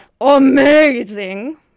amazing